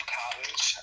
college